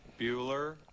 Bueller